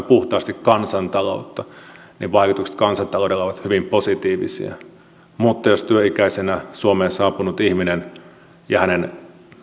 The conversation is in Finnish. puhtaasti kansantaloutta vaikutuksensa kansantaloudelle ovat hyvin positiivisia mutta jos työikäisenä suomeen saapunut ihminen ja hänen